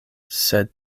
sed